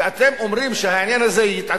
ואתם אומרים שהעניין הזה יתעדכן.